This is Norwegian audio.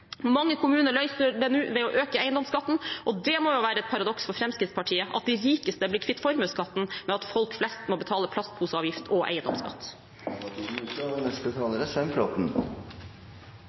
Mange kommuner løser dette nå ved å øke eiendomsskatten. Det må jo være et paradoks for Fremskrittspartiet, at de rikeste blir kvitt formuesskatten, men at folk flest må betale plastposeavgift og eiendomsskatt.